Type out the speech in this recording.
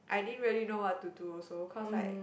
I didn't really know what to do also cause like